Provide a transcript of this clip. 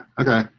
Okay